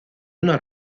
una